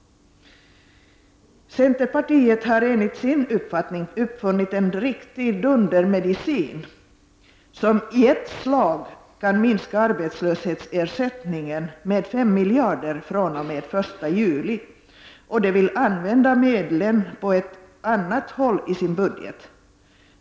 Centerpartisterna har enligt sin uppfattning uppfunnit en riktig dundermedicin, som i ett slag kan minska arbetslöshetsersättningen med 5 miljarder fr.o.m. den 1 juli, och de vill använda dessa medel på ett annat håll i budgeten.